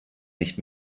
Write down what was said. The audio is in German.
nicht